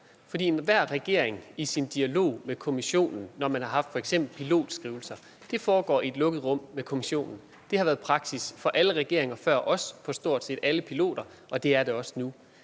For enhver regering i dens dialog med Kommissionen er det sådan, når man f.eks. har haft en pilotskrivelse, at det foregår i et lukket rum med Kommissionen. Det har været praksis for alle regeringer før os i forhold til stort set alle pilotskrivelser, og det er det også nu.